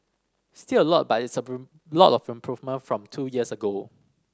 still a lot but it's a lot of improvement from two years ago